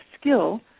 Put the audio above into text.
skill